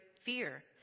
fear